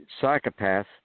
psychopath